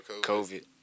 COVID